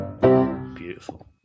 Beautiful